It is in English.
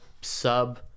sub